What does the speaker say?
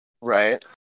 Right